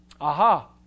Aha